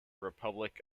republic